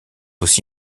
aussi